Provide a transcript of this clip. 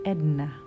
Edna